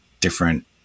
different